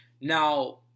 now